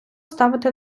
ставити